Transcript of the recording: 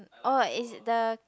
oh is the